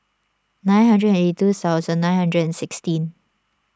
nine hundred and eighty two thousand nine hundred and sixteen